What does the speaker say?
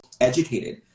educated